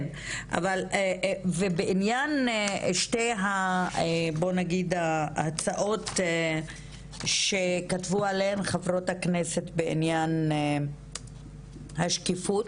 כן ובעניין שתי ההצעות שכתבו עליהן חברות הכנסת לעניין השקיפות,